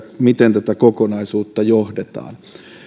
miten tätä kokonaisuutta johdetaan